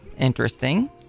Interesting